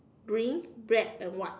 green black and white